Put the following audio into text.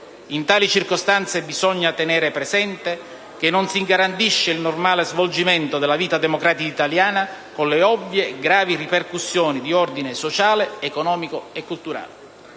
In tali circostanze bisogna tenere presente che non si garantisce il normale svolgimento della vita democratica italiana, con le ovvie e gravi ripercussioni di ordine sociale, economico e culturale.